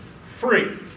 free